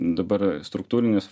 dabar struktūrinius